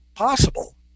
possible